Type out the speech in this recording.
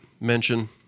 mention